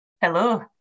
Hello